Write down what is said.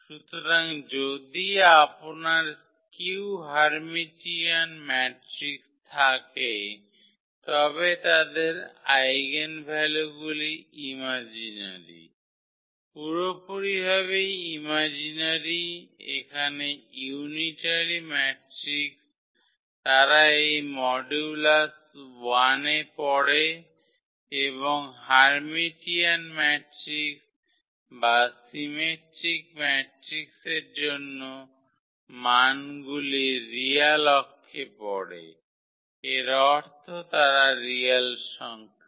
সুতরাং যদি আপনার স্কিউ হার্মিটিয়ান ম্যাট্রিক্স থাকে তবে তাদের আইগেনভ্যালুগুলি ইমাজিনারি পুরোপুরিভাবে ইমাজিনারি এখানে ইউনিটারি ম্যাট্রিক্স তারা এই মডুলাস 1 এ পড়ে এবং হার্মিটিয়ান ম্যাট্রিক্স বা সিমেট্রিক ম্যাট্রিক্সের জন্য মানগুলি রিয়াল অক্ষে পড়ে এর অর্থ তারা রিয়াল সংখ্যা